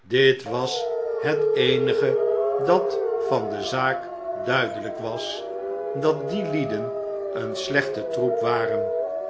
dit was het eenige dat van de zaak duidelijk was dat die lieden een slechte troep waren